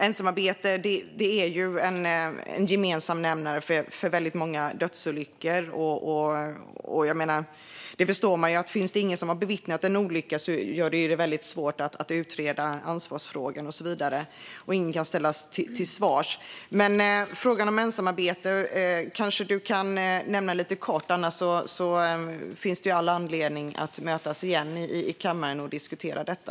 Ensamarbete är en gemensam nämnare för väldigt många dödsolyckor. Finns det ingen som har bevittnat en olycka förstår man att det gör det väldigt svårt att utreda ansvarsfrågan och så vidare, och ingen kan ställas till svars. Kanske du kan nämna lite kort om frågan om ensamarbete. Annars finns det all anledning att mötas igen i kammaren och diskutera detta.